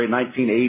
1980